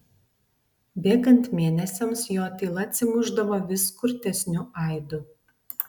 bėgant mėnesiams jo tyla atsimušdavo vis kurtesniu aidu